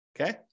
Okay